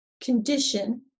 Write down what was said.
condition